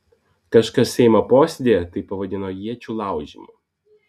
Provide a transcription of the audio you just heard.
kažkas seimo posėdyje tai pavadino iečių laužymu